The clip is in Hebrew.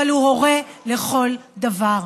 אבל הוא הורה לכל דבר.